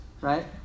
right